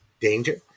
danger